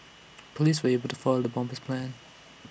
Police were able to foil the bomber's plans